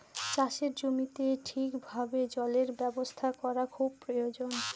চাষের জমিতে ঠিক ভাবে জলের ব্যবস্থা করা খুব প্রয়োজন